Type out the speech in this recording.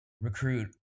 recruit